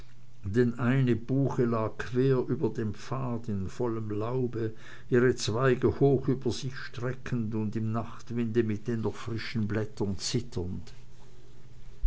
denn eine buche lag quer über dem pfad in vollem laube ihre zweige hoch über sich streckend und im nachtwinde mit den noch frischen blättern zitternd